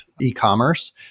e-commerce